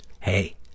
Hey